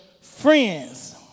friends